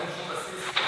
בסיס,